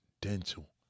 dental